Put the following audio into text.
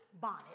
bonnet